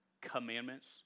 commandments